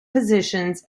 positions